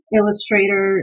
Illustrator